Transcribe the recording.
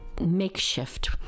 makeshift